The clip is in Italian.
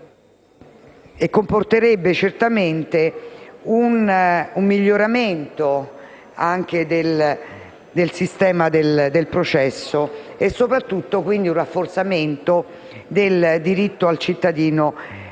che comporterebbe certamente un miglioramento del sistema del processo e, soprattutto, un rafforzamento del diritto del cittadino